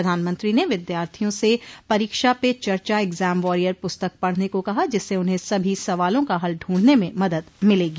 प्रधानमंत्री ने विद्यार्थियों से परीक्षा पे चर्चा एग्जाम वॉरियर पुस्तक पढ़ने को कहा जिससे उन्हें सभी सवालों का हल ढूंढने में मदद मिलेगी